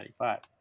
1995